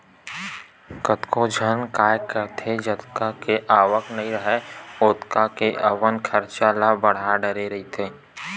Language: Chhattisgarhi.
कतको झन काय करथे जतका के आवक नइ राहय ओतका के अपन खरचा ल बड़हा डरे रहिथे